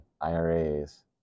IRAs